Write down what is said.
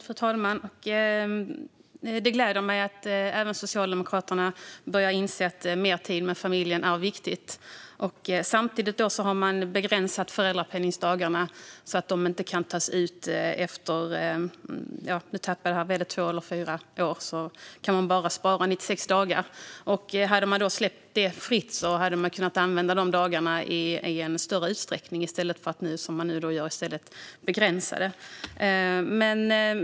Fru talman! Det gläder mig att även Socialdemokraterna börjar inse att mer tid med familjen är viktigt. Samtidigt har man begränsat föräldrapenningdagarna. Efter att barnet fyllt fyra år kan man bara spara 96 dagar. Hade man släppt det fritt i stället för att som nu begränsa det hade föräldrar kunnat använda de dagarna i en större utsträckning.